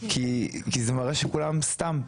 כי זה מראה שכולם סתם,